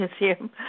Museum